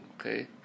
okay